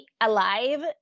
alive